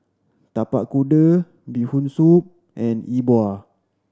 Tapak Kuda Bee Hoon Soup and E Bua